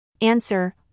Answer